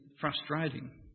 frustrating